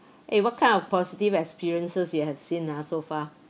eh what kind of positive experiences you have seen ah so far